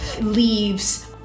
leaves